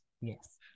Yes